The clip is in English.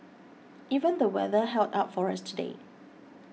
even the weather held up for us today